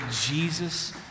Jesus